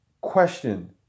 question